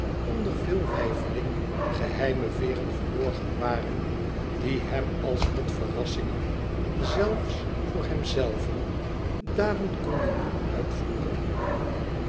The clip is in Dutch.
onder veel weifeling geheime veeren verborgen waren die hem als met verrassingen zelfs voor hemzelven daden konden doen uitvoeren